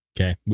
Okay